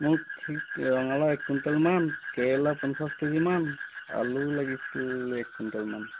মোক ঠিক ৰঙালাউ এক কুইণ্টলমান কেৰেলা পঞ্চাছ কেজিমান আলু লাগিছিল এক কুইণ্টলমান